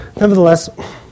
Nevertheless